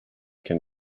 can